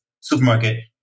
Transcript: supermarket